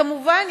כמובן,